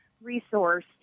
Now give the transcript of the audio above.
resource